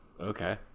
okay